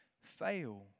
fail